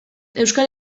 euskal